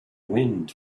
wind